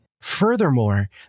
Furthermore